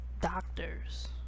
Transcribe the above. doctors